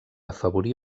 afavorí